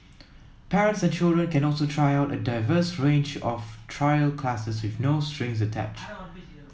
parents and children can also try out a diverse range of trial classes with no strings attached